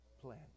plan